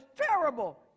terrible